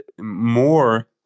more